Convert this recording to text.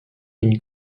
une